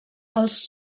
els